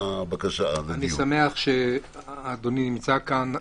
אני שמח שאדוני נמצא כאן.